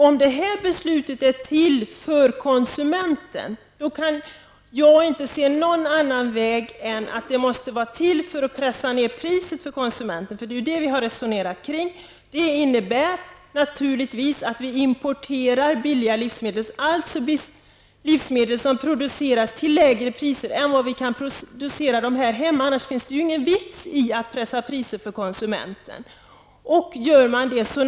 Om det nu aktuella beslutet är till för konsumenten, kan jag inte se det på något annat sätt än att det måste vara till för att pressa ned priset åt konsumenten. Det är detta vi har resonerat om. Det innebär naturligtvis att vi importerar billiga livsmedel, alltså livsmedel som produceras till lägre kostnader än vi kan producera dem för här hemma. Annars är det ingen vits med att pressa priser för konsumentens räkning.